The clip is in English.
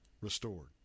restored